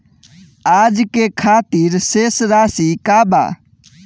आज के खातिर शेष राशि का बा?